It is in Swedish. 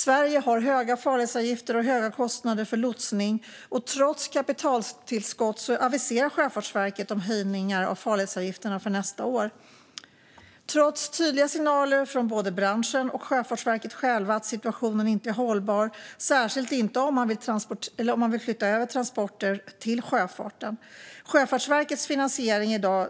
Sverige har höga farledsavgifter och höga kostnader för lotsning, och trots kapitaltillskott aviserar Sjöfartsverket höjningar av farledsavgifterna för nästa år. Det kommer tydliga signaler från både branschen och Sjöfartsverket själva om att situationen inte är hållbar, särskilt inte om man vill flytta över transporter till sjöfarten. Sjöfartsverket finansieras i dag